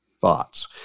thoughts